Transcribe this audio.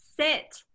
sit